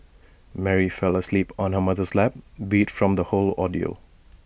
Mary fell asleep on her mother's lap beat from the whole ordeal